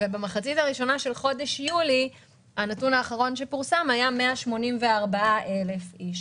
ובמחצית הראשונה של חודש יולי הנתון האחרון שפורסם היה 184,000 אנשים.